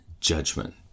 judgment